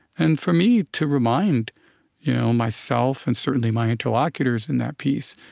and for me, to remind you know myself and, certainly, my interlocutors in that piece,